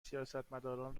سیاستمداران